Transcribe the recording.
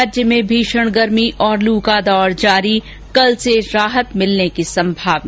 राज्य में भीषण गर्मी और लू का दौर जारी कल से राहत मिलने की संभावना